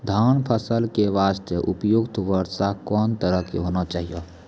धान फसल के बास्ते उपयुक्त वर्षा कोन तरह के होना चाहियो?